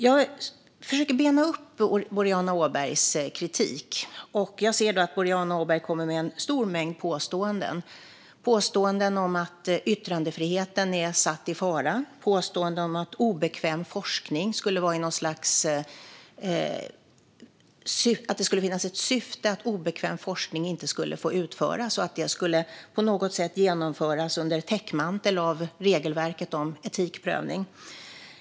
Jag försöker bena ut Boriana Åbergs kritik, och jag ser då att Boriana Åberg kommer med en stor mängd påståenden. Det är påståenden om att yttrandefriheten är satt i fara och påståenden om att det skulle finnas ett syfte med innebörden att obekväm forskning inte skulle få utföras och att det på något sätt skulle genomföras med regelverket om etikprövning som täckmantel.